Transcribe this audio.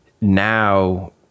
now